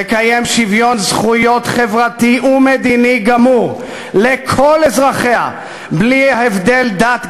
תקיים שוויון זכויות חברתי ומדיני גמור לכל אזרחיה בלי הבדל דת,